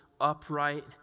upright